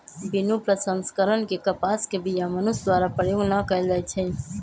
बिनु प्रसंस्करण के कपास के बीया मनुष्य द्वारा प्रयोग न कएल जाइ छइ